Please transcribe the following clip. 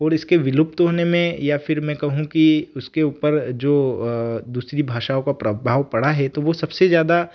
और इसके विलुप्त होने में या फिर मैं कहूँ कि उसके उपर जो दूसरी भाषाओं का प्रभाव पड़ा है तो वो सबसे ज्यादा